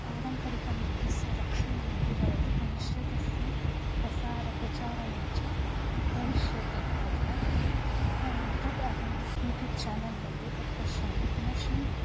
पारम्परिकनृत्यस्य रक्षणमपि भवति पुनश्च तस्य प्रसारप्रचारणं च भविष्यतीत्यतः तद् अहं यूट्यूब् चानल् मध्ये पश्यामि पुनश्च